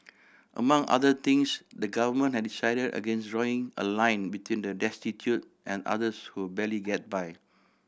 among other things the Government has decided against drawing a line between the destitute and others who barely get by